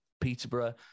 Peterborough